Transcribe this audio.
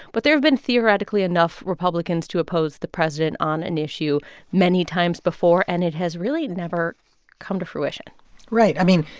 but there have been theoretically enough republicans to oppose the president on an issue many times before, and it has really never come to fruition right. i mean,